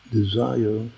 desire